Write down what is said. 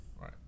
Right